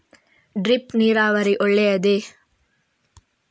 Drip ನೀರಾವರಿ ಒಳ್ಳೆಯದೇ?